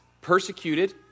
persecuted